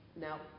now